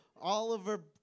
Oliver